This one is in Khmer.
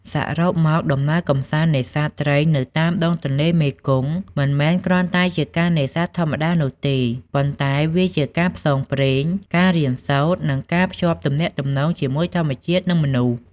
សរុបមក ដំណើរកម្សាន្តនេសាទត្រីនៅតាមដងទន្លេមេគង្គ មិនមែនគ្រាន់តែជាការនេសាទធម្មតានោះទេ ប៉ុន្តែវាជាការផ្សងព្រេង ការរៀនសូត្រ និងការភ្ជាប់ទំនាក់ទំនងជាមួយធម្មជាតិនិងមនុស្ស។